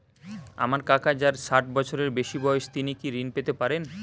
আমার কাকা যার ষাঠ বছরের বেশি বয়স তিনি কি ঋন পেতে পারেন?